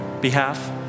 behalf